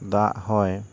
ᱫᱟᱜ ᱦᱚᱭ